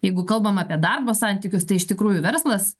jeigu kalbam apie darbo santykius tai iš tikrųjų verslas